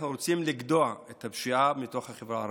אנחנו רוצים לגדוע את הפשיעה מתוך החברה הערבית,